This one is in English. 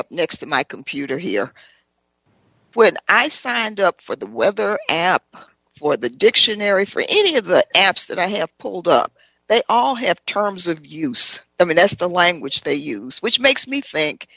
up next to my computer here when i signed up for the weather app or the dictionary for any of the apps that i have pulled up they all have terms of use i mean that's the language they use which makes me think